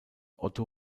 otto